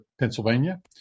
Pennsylvania